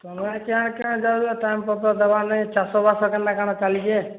ତୁମେ କେଁ କେଁ ଯାଉଛ ଟାଇମ୍ ପତ୍ର ଦେବାର ନାହିଁ ଚାଷ ବାସ କେନ୍ତା କାଣା ଚାଲିଛେ